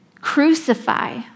crucify